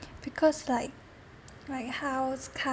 because like like house car